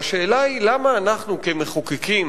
והשאלה היא למה אנחנו כמחוקקים